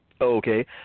Okay